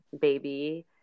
baby